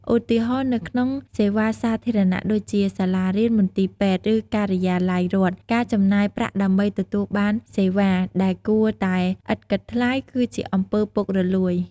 ឧទាហរណ៍ នៅក្នុងសេវាសាធារណៈដូចជា សាលារៀន មន្ទីរពេទ្យ ឬការិយាល័យរដ្ឋ ការចំណាយប្រាក់ដើម្បីទទួលបានសេវាដែលគួរតែឥតគិតថ្លៃ គឺជាអំពើពុករលួយ។